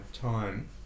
time